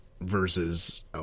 versus